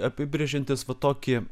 apibrėžiantis va tokį